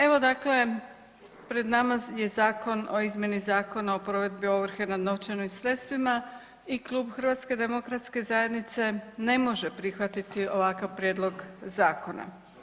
Evo dakle pred nama je zakon o izmjeni Zakona o provedbi ovrhe na novčanim sredstvima i klub HDZ-a ne može prihvatiti ovakav prijedlog zakona.